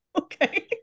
Okay